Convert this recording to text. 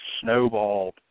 snowballed